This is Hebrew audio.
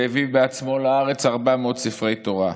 והביא בעצמו לארץ 400 ספרי תורה,